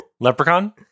Leprechaun